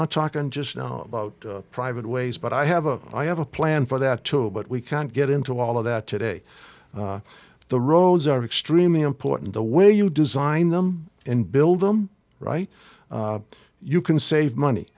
not talking just now about private ways but i have a i have a plan for that too but we can't get into all of that today the roads are extremely important the way you design them and build them right you can save money